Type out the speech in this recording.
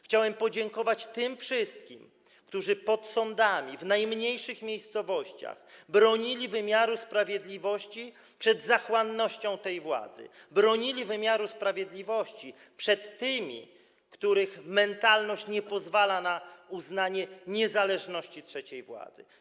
Chciałem podziękować tym wszystkim, którzy pod sądami w najmniejszych miejscowościach bronili wymiaru sprawiedliwości przed zachłannością tej władzy, bronili wymiaru sprawiedliwości przed tymi, których mentalność nie pozwala na uznanie niezależności trzeciej władzy.